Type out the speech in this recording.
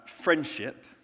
friendship